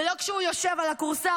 ולא כשהוא יושב על הכורסה,